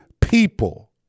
people